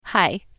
Hi